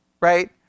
right